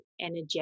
energetic